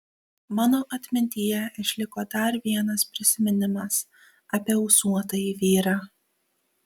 mano atmintyje išliko dar vienas prisiminimas apie ūsuotąjį vyrą